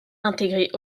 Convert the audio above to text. intégrées